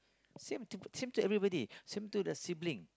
same to same to everybody same to the sibling